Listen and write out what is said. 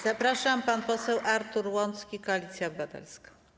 Zapraszam, pan poseł Artur Łącki, Koalicja Obywatelska.